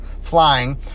flying